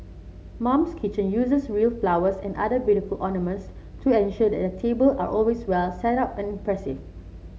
mum's Kitchen uses real flowers and other beautiful ornaments to ensure that their table are always well setup and impressive